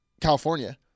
California